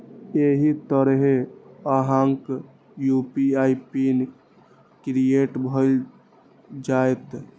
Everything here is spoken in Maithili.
एहि तरहें अहांक यू.पी.आई पिन क्रिएट भए जाएत